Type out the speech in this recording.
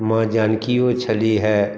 माँ जानकिओ छलीह हे